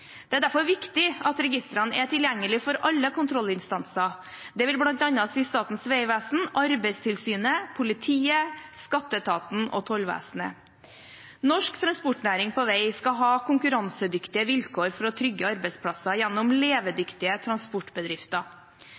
Det er derfor viktig at registrene er tilgjengelige for alle kontrollinstanser. Det vil bl.a. si Statens vegvesen, Arbeidstilsynet, politiet, skatteetaten og tollvesenet. Norsk transportnæring på vei skal ha konkurransedyktige vilkår for å trygge arbeidsplasser gjennom levedyktige transportbedrifter.